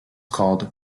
called